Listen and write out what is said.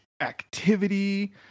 activity